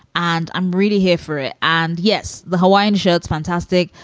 and i'm really here for it. and yes, the hawaiian shirts. fantastic.